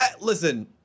listen